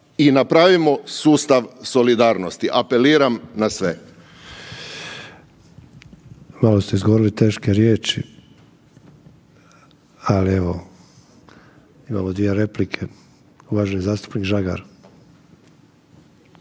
i napravimo sustav solidarnosti. Apeliram na sve. **Sanader, Ante (HDZ)** Malo ste izgovorili teške riječi, ali evo. Imamo dvije replike. Uvaženi zastupnik Žagar.